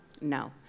No